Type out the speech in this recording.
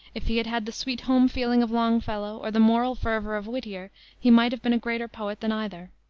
if he had had the sweet home feeling of longfellow or the moral fervor of whittier he might have been a greater poet than either.